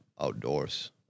Outdoors